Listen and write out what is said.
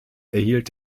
erhielt